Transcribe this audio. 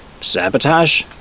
Sabotage